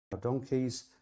donkeys